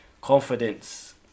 Confidence